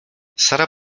sara